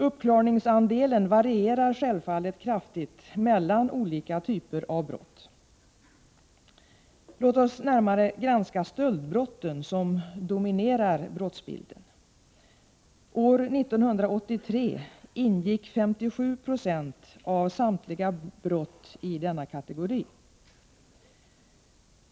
Uppklarningsandelen varierar självfallet kraftigt mellan olika typer av brott. Låt oss närmare granska stöldbrotten, som dominerar brottsbilden. År 1983 ingick 57 20 av samtliga brott i denna kategori.